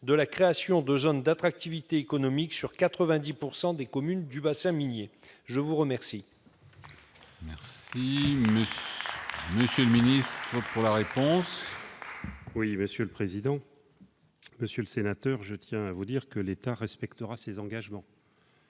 de la création de zones d'attractivité économique sur 90 % des communes du bassin minier ? La parole